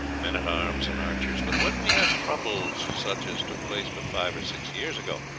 men-at-arms and archers but when we have troubles such as took place but five or six years ago,